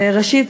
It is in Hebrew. ראשית,